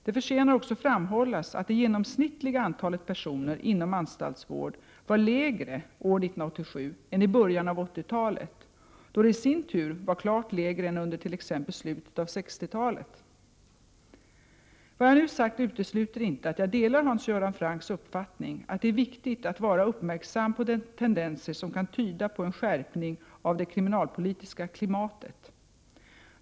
Det förtjänar också framhållas att det genomsnittliga antalet personer inom anstaltsvård var lägre år 1987 än i början av 80-talet då det i sin tur var klart lägre än under t.ex. slutet av 60-talet. Vad jag nu sagt utesluter inte att jag delar Hans Göran Francks uppfattning att det är viktigt att vara uppmärksam på tendenser som kan tyda på en skärpning av det kriminalpolitiska klimatet.